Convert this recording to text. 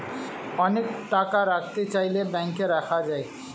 অনেক টাকা রাখতে চাইলে ব্যাংকে রাখা যায়